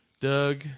Doug